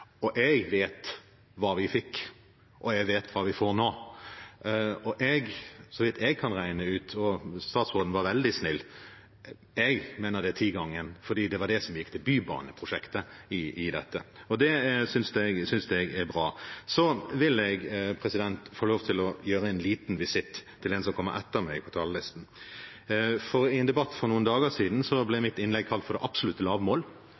jeg vet hva vi fikk, og jeg vet hva vi får nå. Så vidt jeg kan regne ut – statsråden var veldig snill – er det tigangen, for det var det som gikk til Bybane-prosjektet i dette. Det synes jeg er bra. Så vil jeg få lov til å gjøre en liten visitt til en som kommer etter meg på talerlisten. I en debatt for noen dager siden ble mitt innlegg kalt for det absolutte